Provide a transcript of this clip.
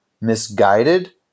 misguided